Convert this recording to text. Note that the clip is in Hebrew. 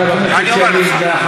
חבר הכנסת ילין,